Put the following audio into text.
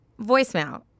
Voicemail